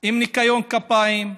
עם ניקיון כפיים.